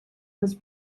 was